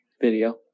video